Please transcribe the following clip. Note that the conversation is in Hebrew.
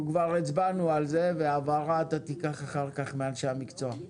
כבר הצבענו על זה והבהרה אתה תיקח אחר כך מאנשי המקצוע.